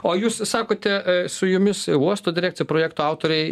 o jūs sakote su jumis uosto direkcija projekto autoriai